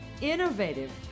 innovative